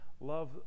love